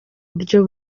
buryo